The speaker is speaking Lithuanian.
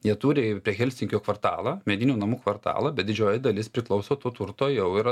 jie turi prie helsinkio kvartalą medinių namų kvartalą bet didžioji dalis priklauso to turto jau yra